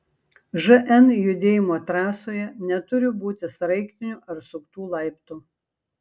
žn judėjimo trasoje neturi būti sraigtinių ar suktų laiptų